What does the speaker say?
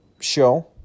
show